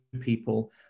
people